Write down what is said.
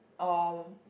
or